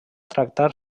tractar